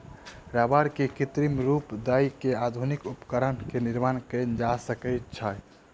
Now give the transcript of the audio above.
रबड़ के कृत्रिम रूप दय के आधुनिक उपकरण के निर्माण कयल जा सकै छै